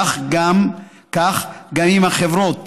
כך, גם אם החברות